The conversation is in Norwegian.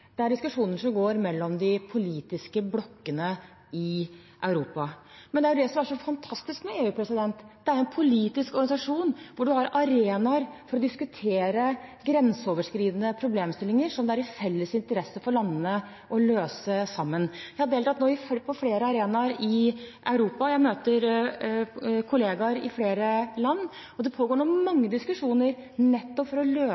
de politiske blokkene i Europa. Men det er jo det som er så fantastisk med EU: Det er en politisk organisasjon hvor man har arenaer for å diskutere grenseoverskridende problemstillinger, som det er i landenes felles interesse å løse sammen. Jeg har deltatt på flere arenaer i Europa. Jeg møter kollegaer i flere land, og det pågår nå mange diskusjoner nettopp for å løse